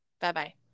Bye-bye